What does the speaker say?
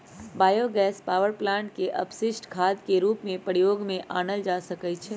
bio gas power plant के अपशिष्ट खाद के रूप में प्रयोग में आनल जा सकै छइ